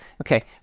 Okay